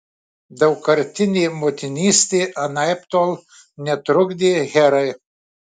daugkartinė motinystė anaiptol netrukdė herai